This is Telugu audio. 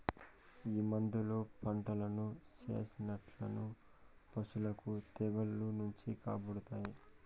ఈ మందులు పంటలను సెట్లను పశులను తెగుళ్ల నుంచి కాపాడతాయి